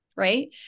right